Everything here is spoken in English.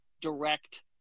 direct